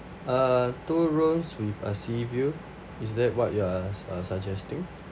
uh two rooms with a sea view is that what you are are suggesting